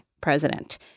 president